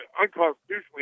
unconstitutionally